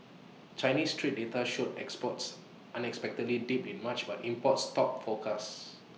Chinese trade data showed exports unexpectedly dipped in March but imports topped forecasts